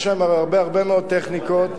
יש הרבה מאוד טכניקות,